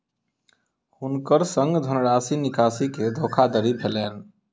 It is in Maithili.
हुनकर संग धनराशि निकासी के धोखादड़ी भेलैन